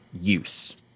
use